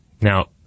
Now